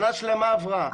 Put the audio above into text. שנה שלמה עברה.